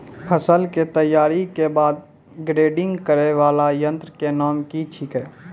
फसल के तैयारी के बाद ग्रेडिंग करै वाला यंत्र के नाम की छेकै?